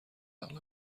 نقل